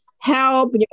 help